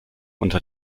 unter